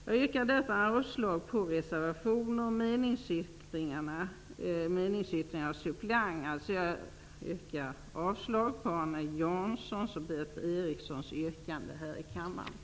Jag yrkar mot den bakgrunden avslag på reservationen och meningsyttringen av suppleant. Jag yrkar alltså avslag på Arne Janssons och Berith Erikssons yrkanden här i kammaren.